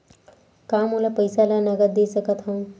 का मोला पईसा ला नगद दे सकत हव?